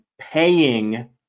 paying